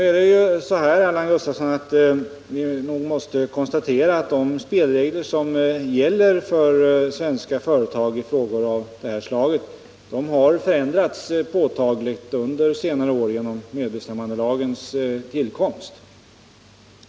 Vi måste konstatera, Allan Gustafsson, att de spelregler som gäller för svenska företag i frågor av detta slag genom medbestämmandelagens tillkomst påtagligt har förändrats under senare år.